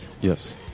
Yes